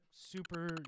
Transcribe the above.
super